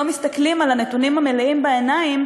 לא מסתכלים על הנתונים המלאים בעיניים,